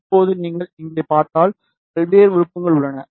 இப்போது நீங்கள் இங்கே பார்த்தால் பல்வேறு விருப்பங்கள் உள்ளன